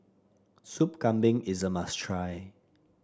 Soup Kambing is a must try